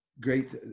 great